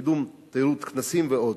קידום תיירות כנסים ועוד.